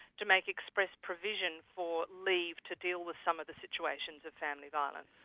to make express provision for leave to deal with some of the situations of family violence.